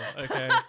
okay